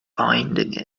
finding